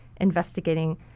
investigating